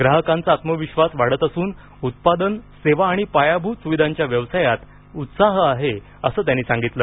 ग्राहकांचा आत्मविश्वास वाढत असून उत्पादन सेवा आणि पायाभूत सुविधांच्या व्यवसायात उत्साह आहे असं त्यानी सांगितलं